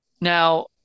Now